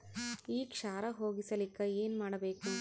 ಈ ಕ್ಷಾರ ಹೋಗಸಲಿಕ್ಕ ಏನ ಮಾಡಬೇಕು?